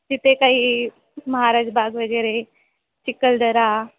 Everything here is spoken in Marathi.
तिथे काही महाराज बाग वगैरे चिखलदरा